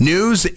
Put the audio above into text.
News